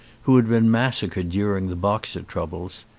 who had been massacred during the boxer troubles.